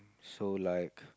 so like